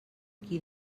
qui